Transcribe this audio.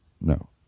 no